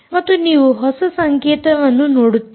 ಮತ್ತು ನೀವು ಹೊಸ ಸಂಕೇತವನ್ನು ನೋಡುತ್ತೀರಿ